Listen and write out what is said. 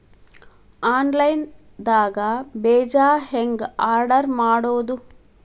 Online ದಾಗ ಬೇಜಾ ಹೆಂಗ್ ಆರ್ಡರ್ ಮಾಡೋದು?